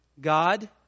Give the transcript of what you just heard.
God